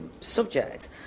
subject